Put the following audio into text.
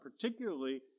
particularly